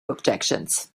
objections